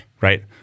Right